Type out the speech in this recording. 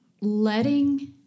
letting